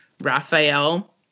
Raphael